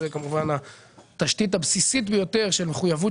כמובן התשתית הבסיסית ביותר של מחויבות